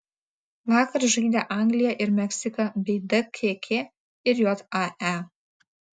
vakar žaidė anglija ir meksika bei dkk ir jae